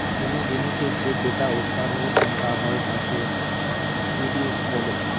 কুনো জিনিসের যে গোটা উৎপাদনের সংখ্যা হয় তাকে প্রডিউস বলে